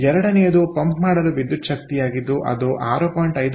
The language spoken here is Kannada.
ಆದ್ದರಿಂದ ಎರಡನೆಯದು ಪಂಪ್ ಮಾಡಲು ವಿದ್ಯುತ್ ಶಕ್ತಿಯಾಗಿದ್ದು ಅದು 6